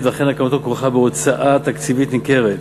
ולכן הקמתו כרוכה בהוצאה תקציבית ניכרת.